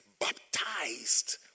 baptized